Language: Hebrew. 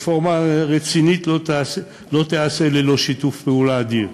רפורמה רצינית לא תיעשה ללא שיתוף פעולה אדיר,